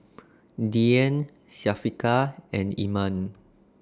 Dian Syafiqah and Iman